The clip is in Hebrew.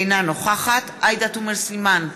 אינה נוכחת עאידה תומא סלימאן,